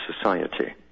society